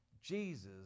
Jesus